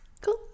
Cool